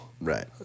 Right